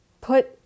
put